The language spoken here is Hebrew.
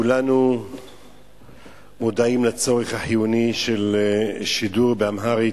כולנו מודעים לצורך החיוני בשידור באמהרית.